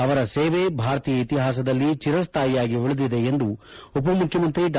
ಅವರ ಸೇವೆ ಭಾರತೀಯ ಇತಿಹಾಸದಲ್ಲಿ ಚಿರಸ್ಡಾಯಿಯಾಗಿ ಉಳಿದಿದೆ ಎಂದು ಉಪ ಮುಖ್ಯಮಂತ್ರಿ ಡಾ